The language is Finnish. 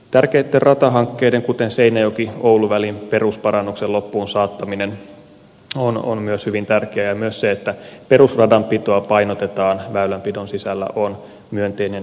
tärkeitten ratahankkeiden kuten seinäjokioulu välin perusparannuksen loppuun saattaminen on myös hyvin tärkeää ja myös se että perusradanpitoa painotetaan väylänpidon sisällä on myönteinen uutinen